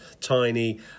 tiny